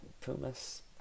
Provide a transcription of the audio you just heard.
Pumas